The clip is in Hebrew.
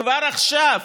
כבר עכשיו,